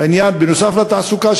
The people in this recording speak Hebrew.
נוסף על תעסוקה,